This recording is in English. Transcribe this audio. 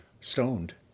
stoned